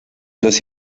los